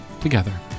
together